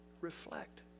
reflect